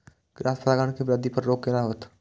Cross परागण के वृद्धि पर रोक केना होयत?